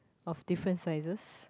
of different sizes